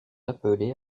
appelés